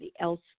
else